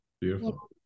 beautiful